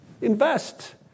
Invest